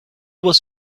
was